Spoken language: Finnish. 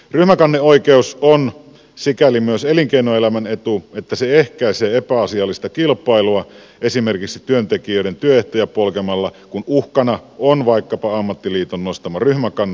ryhmäkanneoikeus on sikäli myös elinkeinoelämän etu että se ehkäisee epäasiallista kilpailua esimerkiksi työntekijöiden työehtoja polkemalla kun uhkana on vaikkapa ammattiliiton nostama ryhmäkanne